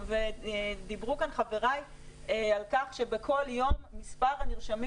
דיברו כאן חבריי על כך שבכל יום מספר הנרשמים